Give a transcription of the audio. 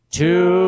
two